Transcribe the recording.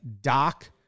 Doc